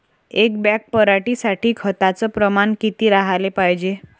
एक बॅग पराटी साठी खताचं प्रमान किती राहाले पायजे?